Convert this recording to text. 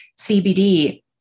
CBD